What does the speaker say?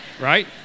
Right